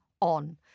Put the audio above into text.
on